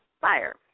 fire